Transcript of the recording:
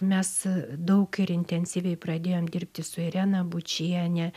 mes daug ir intensyviai pradėjom dirbti su irena bučiene